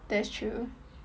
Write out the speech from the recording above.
that's true